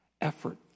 effort